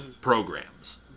programs